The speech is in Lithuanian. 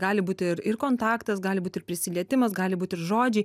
gali būti ir ir kontaktas gali būti ir prisilietimas gali būti ir žodžiai